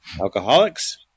alcoholics